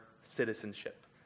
citizenship